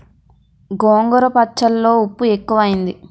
గోంగూర పచ్చళ్ళో ఉప్పు ఎక్కువైంది